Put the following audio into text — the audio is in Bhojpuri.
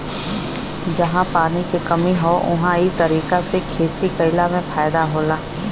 जहां पानी के कमी हौ उहां इ तरीका से खेती कइला में फायदा होला